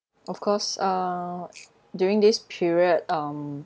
of course uh during this period um